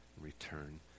return